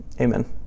Amen